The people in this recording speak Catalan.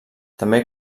també